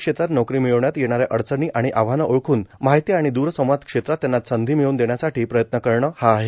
क्षेत्रात नोकरी मिळवण्यात येणाऱ्या अडचणी आणि आव्हानं ओळखून माहिती आणि दूरसंवाद क्षेत्रात त्यांना संधी मिळवून देण्यासाठी प्रयत्न करणे हा आहे